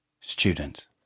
Student